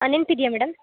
ಹಾಂ ನೆನಪಿದ್ಯಾ ಮೇಡಮ್